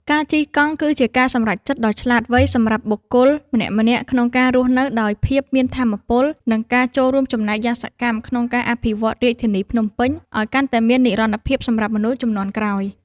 ការជិះកង់គឺជាការសម្រេចចិត្តដ៏ឆ្លាតវៃសម្រាប់បុគ្គលម្នាក់ៗក្នុងការរស់នៅដោយភាពមានថាមពល និងការចូលរួមចំណែកយ៉ាងសកម្មក្នុងការអភិវឌ្ឍរាជធានីភ្នំពេញឱ្យកាន់តែមាននិរន្តរភាពសម្រាប់មនុស្សជំនាន់ក្រោយ។